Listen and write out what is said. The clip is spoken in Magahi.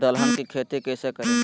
दलहन की खेती कैसे करें?